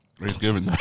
Thanksgiving